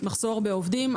מחסור בעובדים.